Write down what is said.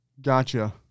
Gotcha